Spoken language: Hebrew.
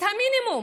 את המינימום,